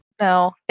No